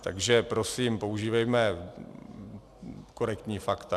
Takže prosím, používejme korektní fakta.